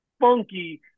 funky